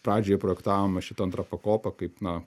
pradžioje projektavome šitą antrą pakopą kaip na